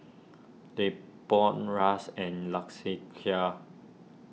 Leopold Ras and